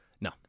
No